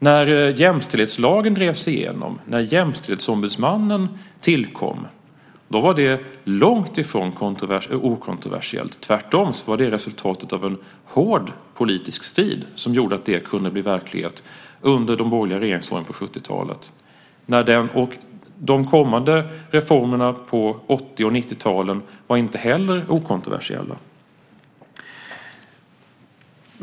När jämställdhetslagen drevs igenom och när Jämställdhetsombudsmannen tillkom var det långt ifrån okontroversiellt. Tvärtom var det resultatet av en hård politisk strid som gjorde att det kunde bli verklighet under de borgerliga regeringsåren på 70-talet. De kommande reformerna på 80 och 90-talen var inte heller okontroversiella.